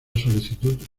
solicitud